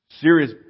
serious